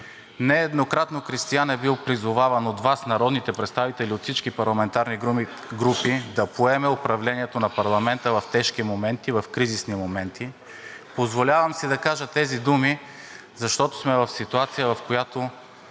нееднократно Кристиан е бил призоваван от Вас, народните представители от всички парламентарни групи, да поеме управлението на парламента в тежки моменти, в кризисни моменти. Позволявам си да кажа тези думи, защото сме в ситуация, в която